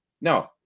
No